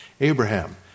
Abraham